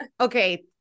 Okay